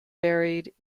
buried